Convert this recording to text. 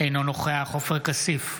אינו נוכח עופר כסיף,